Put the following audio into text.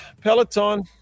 Peloton